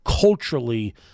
culturally